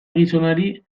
gizonari